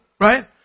right